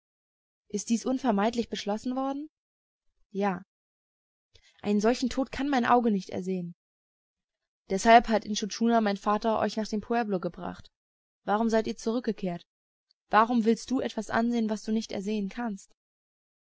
ist dies unvermeidlich beschlossen worden ja einen solchen tod kann mein auge nicht ersehen deshalb hat intschu tschuna mein vater euch nach dem pueblo gebracht warum seid ihr zurückgekehrt warum willst du etwas ansehen was du nicht ersehen kannst